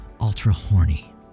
ultra-horny